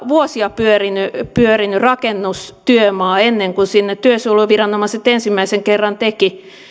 vuosia pyörinyt pyörinyt rakennustyömaa ennen kuin sinne työsuojeluviranomaiset ensimmäisen kerran